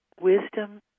Wisdom